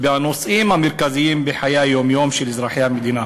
בנושאים המרכזיים בחיי היום-יום של אזרחי המדינה?